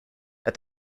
that